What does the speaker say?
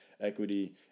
equity